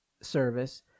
service